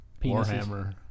Warhammer